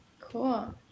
cool